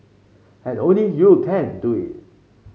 and only you can do it